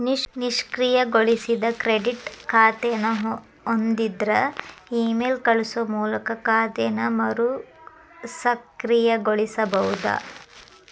ನಿಷ್ಕ್ರಿಯಗೊಳಿಸಿದ ಕ್ರೆಡಿಟ್ ಖಾತೆನ ಹೊಂದಿದ್ರ ಇಮೇಲ್ ಕಳಸೋ ಮೂಲಕ ಖಾತೆನ ಮರುಸಕ್ರಿಯಗೊಳಿಸಬೋದ